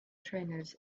trainers